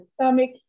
stomach